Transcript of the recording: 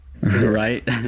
right